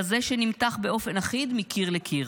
כזה שנמתח באופן אחיד מקיר לקיר,